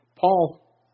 Paul